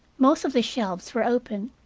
most of the shelves were open,